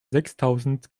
sechstausend